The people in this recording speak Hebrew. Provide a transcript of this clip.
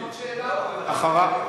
אין עוד שאלה, אחריו.